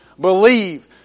believe